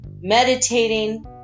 meditating